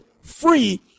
free